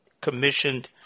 commissioned